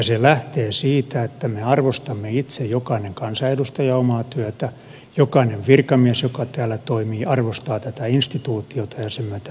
se lähtee siitä että me arvostamme itse jokainen kansanedustaja omaa työtämme jokainen virkamies joka täällä toimii arvostaa tätä instituutiota ja sen myötä omaa työtään